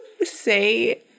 say